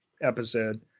episode